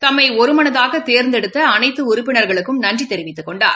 தம்மைஒருமனதாகதேர்ந்தெடுத்தஅனைத்துஉறுப்பினர்களுக்கும் நன்றிதெரிவித்துக்கொண்டார்